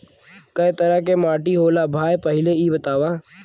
कै तरह के माटी होला भाय पहिले इ बतावा?